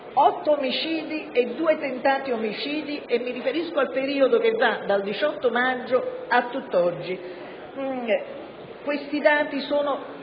omicidi e due tentati omicidi (mi riferisco al periodo che va dal 18 maggio ad oggi). Questi dati sono